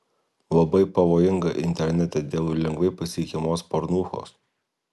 labai pavojinga internete dėl lengvai pasiekiamos pornūchos